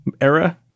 era